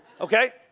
okay